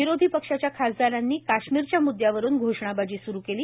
विरोधी पक्षाच्या खासदारांनी काश्मीरच्या मुदयावरून घोषणाबाजी सुरू केली